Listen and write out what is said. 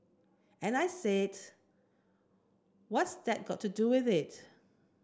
and I said what's that got to do with it